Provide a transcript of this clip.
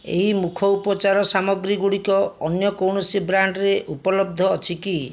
ଏହି ମୁଖ ଉପଚାର ସାମଗ୍ରୀ ଗୁଡ଼ିକ ଅନ୍ୟ କୌଣସି ବ୍ରାଣ୍ଡ୍ରେ ଉପଲବ୍ଧ ଅଛି କି